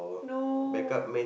no